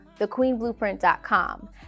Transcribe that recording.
thequeenblueprint.com